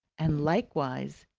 and likewise,